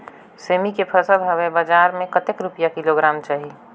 सेमी के फसल हवे बजार मे कतेक रुपिया किलोग्राम जाही?